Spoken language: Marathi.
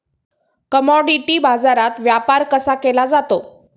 कमॉडिटी बाजारात व्यापार कसा केला जातो?